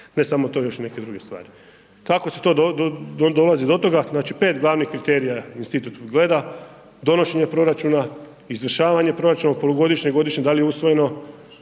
Ne samo to, još i neke druge stvari. Kako se dolazi do toga? Znači pet glavnih kriterija institut gleda, donošenje proračuna, izvršavanje proračuna polugodišnjeg, godišnjeg, da li je usvojeno,